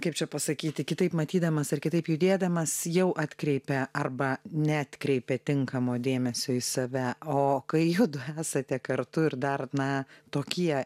kaip čia pasakyti kitaip matydamas ar kitaip judėdamas jau atkreipia arba neatkreipia tinkamo dėmesio į save o kai judu esate kartu ir dar na tokie